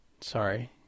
Sorry